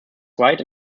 quiet